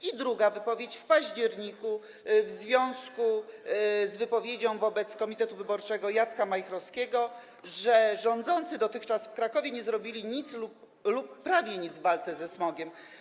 I drugi, w październiku w związku z wypowiedzią dotyczącą komitetu wyborczego Jacka Majchrowskiego, że rządzący dotychczas w Krakowie nie zrobili nic lub prawie nic w walce ze smogiem.